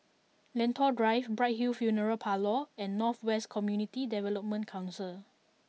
Lentor Drive Bright Hill Funeral Parlour and North West Community Development Council